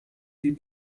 die